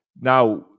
Now